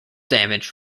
damage